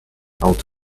out